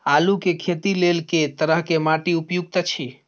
आलू के खेती लेल के तरह के माटी उपयुक्त अछि?